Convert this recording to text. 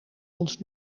ons